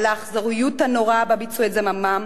על האכזריות הנוראה שבה ביצעו את זממם,